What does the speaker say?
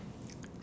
,S>